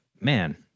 Man